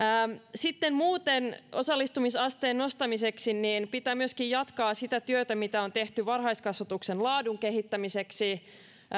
sitten muuten osallistumisasteen nostamiseksi pitää myöskin jatkaa sitä työtä mitä on tehty varhaiskasvatuksen laadun kehittämiseksi